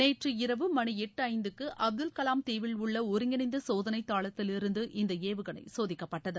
நேற்று இரவு மணி எட்டு இந்துக்கு அப்துல் கவாம் தீவில் உள்ள ஒருங்கிணைந்த சோதனை தளத்திலிருந்து இந்த ஏவுகணை சோதிக்கப்பட்டது